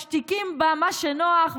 משתיקים מה שנוח,